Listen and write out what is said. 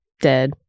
dead